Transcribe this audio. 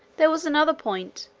there was another point,